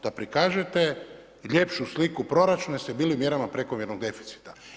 Da prikažete ljepšu sliku proračuna jer ste bili u mjerama prekomjernog deficita.